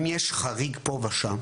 אם יש חריג פה ושם,